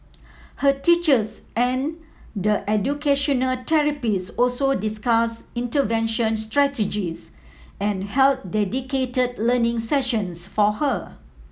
her teachers and the educational therapists also discussed intervention strategies and held dedicated learning sessions for her